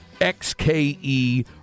XKE